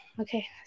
okay